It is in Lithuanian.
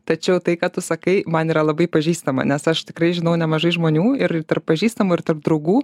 tačiau tai ką tu sakai man yra labai pažįstama nes aš tikrai žinau nemažai žmonių ir tarp pažįstamų ir tarp draugų